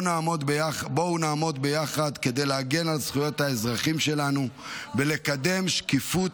בואו נעמוד ביחד כדי להגן על זכויות האזרחים שלנו ולקדם שקיפות